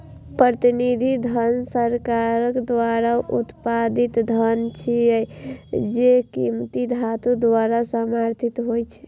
प्रतिनिधि धन सरकार द्वारा उत्पादित धन छियै, जे कीमती धातु द्वारा समर्थित होइ छै